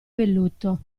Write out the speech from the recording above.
velluto